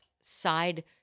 side